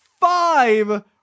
five